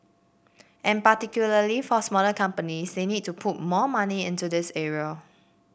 and particularly for smaller companies they need to put more money into this area